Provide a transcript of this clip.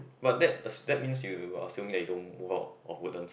but that as~ that means you are assuming that you don't move out of Woodlands